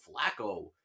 Flacco